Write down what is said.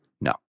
No